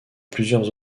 plusieurs